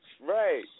right